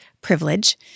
privilege